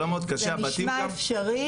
זה נשמע אפשרי.